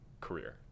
career